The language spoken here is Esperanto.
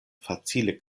facile